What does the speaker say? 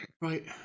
Right